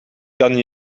kan